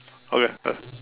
okay done